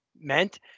meant